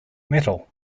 metal